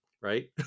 right